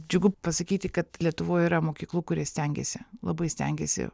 džiugu pasakyti kad lietuvoj yra mokyklų kurie stengiasi labai stengiasi